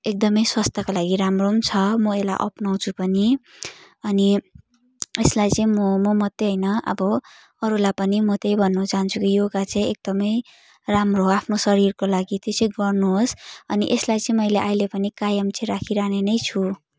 एकदमै स्वस्थ्यको लागि राम्रो पनि छ म यसलाई अप्नाउँछु पनि अनि यसलाई चाहिँ म म मात्रै होइन अब अरूलाई पनि म त्यही भन्नु चाहन्छु कि योगा चाहिँ एकदमै राम्रो हो आफ्नो शरीरको लागि त्यसै गर्नुहोस् अनि यसलाई चाहिँ मैले अहिले पनि कायम चाहिँ राखिरहने नै छु